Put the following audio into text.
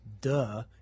Duh